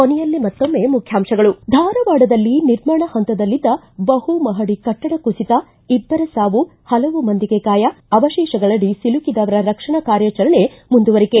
ಕೊನೆಯಲ್ಲಿ ಮತ್ತೊಮ್ಮೆ ಮುಖ್ಯಾಂಶಗಳು ಿ ಧಾರವಾಡದಲ್ಲಿ ನಿರ್ಮಾಣ ಹಂತದಲ್ಲಿದ್ದ ಬಹು ಮಹಡಿ ಕಟ್ಟಡ ಕುಸಿತ ಇಬ್ಬರ ಸಾವು ಹಲವು ಮಂದಿಗೆ ಗಾಯ ಅವಶೇಷಗಳಡಿ ಸಿಲುಕಿದವರ ರಕ್ಷಣಾ ಕಾರ್ಯಾಚರಣೆ ಮುಂದುವರಿಕೆ